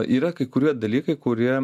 yra kai kurie dalykai kurie